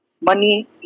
money